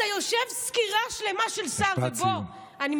אתה יושב סקירה שלמה של שר, בוא, לקראת סיום.